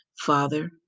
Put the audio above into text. Father